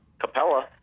Capella